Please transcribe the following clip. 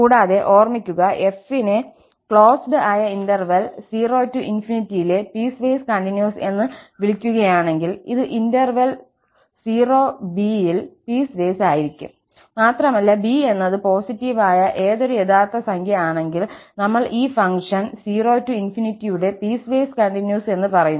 കൂടാതെ ഓർമിക്കുക f നെ 0 ക്ലോസ്ഡ് ആയ ഇന്റർവൽ 0 ∞ ലെ പീസ്വേസ് കണ്ടിന്യൂസ് എന്ന് വിളിക്കുകയാണെങ്കിൽ ഇത് ഇന്റർവൽ0 b ൽ പീസ്വേസ് ആയിരിക്കും മാത്രമല്ല b എന്നത് പോസിറ്റീവ് ആയ ഏതൊരു യഥാർത്ഥ സംഖ്യ ആണെങ്കിൽ നമ്മൾ ഈ ഫംഗ്ഷൻ 0 ∞ യുടെ പീസ്വേസ് കണ്ടിന്യൂസ് എന്ന് പറയുന്നു